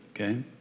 okay